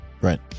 Right